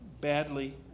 badly